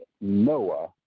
Noah